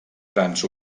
grans